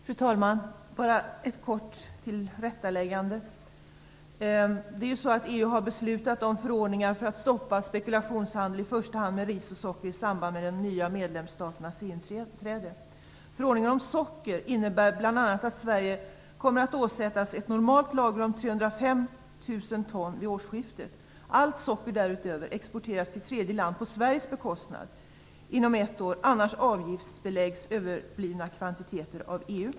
Fru talman! Bara ett kort tillrättaläggande. EU har beslutat om förordningar för att stoppa spekulationshandel, i första hand med ris och socker, i samband med de nya medlemsstaternas inträde. Förordningen om socker innebär bl.a. att Sverige kommer att åsättas ett normalt lager om 305 tusen ton vid årsskiftet. Allt socker därutöver exporteras till tredje land på Sveriges bekostnad inom ett år, annars avgiftsbeläggs överblivna kvantiteter av EU.